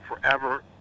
forever